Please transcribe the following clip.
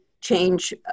change